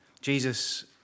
Jesus